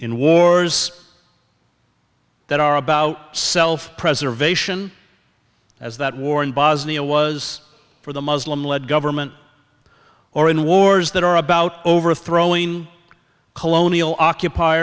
in wars that are about self preservation as that war in bosnia was for the muslim led government or in wars that are about overthrowing colonial occup